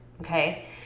okay